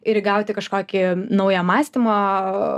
ir įgauti kažkokį naują mąstymo